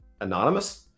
anonymous